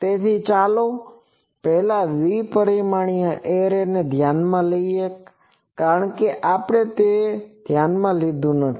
તેથી ચાલો પહેલા દ્વિ પરિમાણીય એરે ધ્યાનમાં લઈએ કારણ કે આપણે તે ધ્યાનમાં લીધું નથી